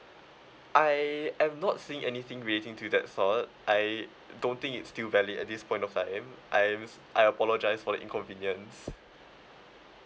I am not seeing anything relating to that sort I don't think it's still valid at this point of time I I apologise for the inconvenience